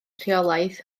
rheolaidd